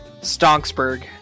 stonksburg